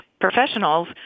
professionals